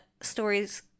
stories